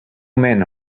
men